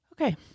okay